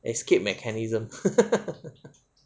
escape mechanism